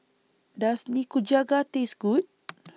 Does Nikujaga Taste Good